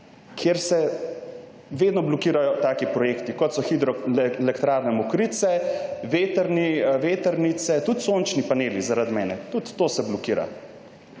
kjer se vedno blokirajo takšni projekti, kot so hidroelektrarna Mokrice, vetrnice, tudi sončni paneli, tudi to se blokira.